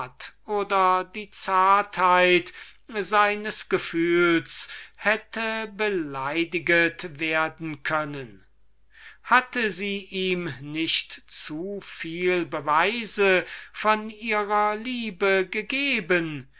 oder die edle zärtlichkeit seiner empfindungen hätte beleidiget werden können hatte sie ihm nicht zuviel beweise von ihrer liebe gegeben